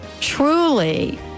truly